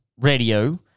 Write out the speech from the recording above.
radio